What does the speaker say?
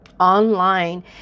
online